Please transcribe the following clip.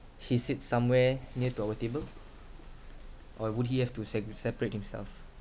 he sits somewhere near to our table or would he have to sepri~ separate himself